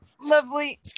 Lovely